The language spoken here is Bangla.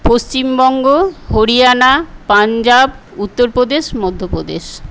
পশ্চিমবঙ্গ হরিয়ানা পাঞ্জাব উত্তরপ্রদেশ মধ্যপ্রদেশ